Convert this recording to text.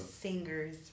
singers